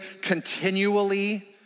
continually